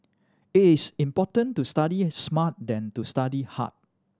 it is important to study smart than to study hard